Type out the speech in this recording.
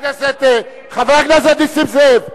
חבר הכנסת נסים זאב.